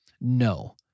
no